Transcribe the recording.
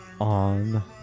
On